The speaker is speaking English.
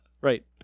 Right